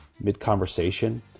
mid-conversation